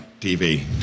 TV